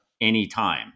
anytime